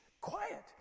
quiet